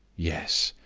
yes.